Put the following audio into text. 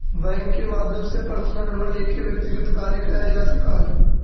bank के माध्यम से पर्सनल लोन लेके अपन व्यक्तिगत कार्य कैल जा सकऽ हइ